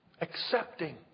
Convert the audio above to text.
accepting